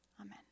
Amen